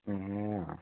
ए अँ